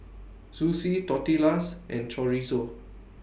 Zosui Tortillas and Chorizo